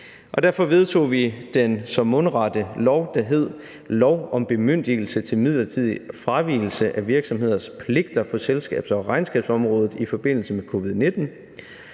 Derfor vedtog vi den så mundrette lov, der hed lov om bemyndigelse til midlertidig fravigelse af virksomheders pligter på selskabs- og regnskabsområdet i forbindelse med covid-19.